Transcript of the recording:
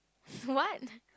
what